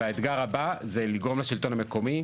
והאתגר הבא זה לגרום לשלטון המקומי